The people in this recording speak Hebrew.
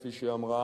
כפי שאמרה